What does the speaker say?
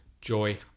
Joy